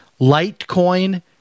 Litecoin